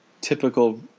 typical